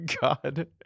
God